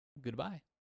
Goodbye